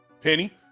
Penny